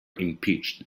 impeached